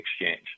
exchange